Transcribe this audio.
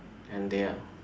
and they are